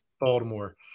Baltimore